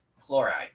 chloride